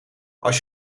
als